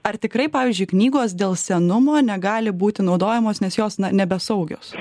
ar tikrai pavyzdžiui knygos dėl senumo negali būti naudojamos nes jos nebesaugios